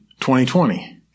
2020